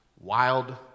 wild